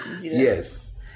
Yes